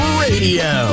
radio